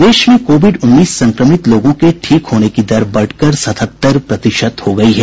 प्रदेश में कोविड उन्नीस संक्रमित लोगों के ठीक होने की दर बढ़कर सतहत्तर प्रतिशत हो गयी है